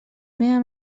meva